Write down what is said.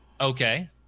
Okay